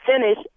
finish